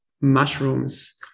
mushrooms